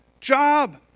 job